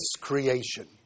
creation